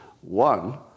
One